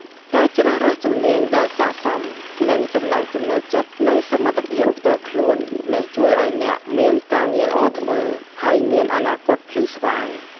ការជ្រើសរើសជំនាញដែលស័ក្តិសមនឹងចំណង់ចំណូលចិត្តនិងសមត្ថភាពផ្ទាល់ខ្លួននឹងជួយឱ្យអ្នកមានការងារល្អធ្វើ ហើយមានអនាគតភ្លឺស្វាង។